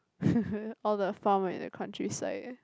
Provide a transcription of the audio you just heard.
all the farmer in the countryside